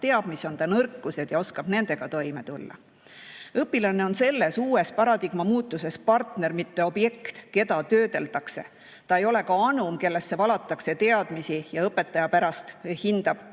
teab, mis on ta nõrkused ja oskab nendega toime tulla. Õpilane on selles uues paradigma muutuses partner, mitte objekt, keda töödeldakse. Ta ei ole ka anum, kellesse valatakse teadmisi ja õpetaja pärast hindab,